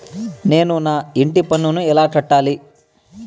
నేను నా ఇంటి పన్నును ఎలా కట్టాలి?